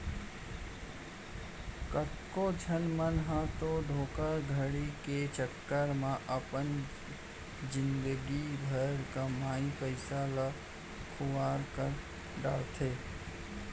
कतको झन मन ह तो धोखाघड़ी के चक्कर म अपन जिनगी भर कमाए पइसा ल खुवार कर डारथे